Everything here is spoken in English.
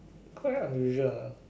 quite unusual ah